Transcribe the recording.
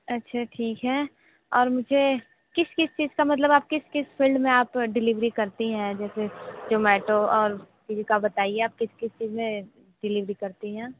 अच्छा ठीक है और मुझे किस किस चीज़ का मतलब आप किस किस फील्ड में आप डिलेवरी करती हैं जैसे जोमैटो और बताइए आप किस किस चीज़ में डिलिवरी करती हैं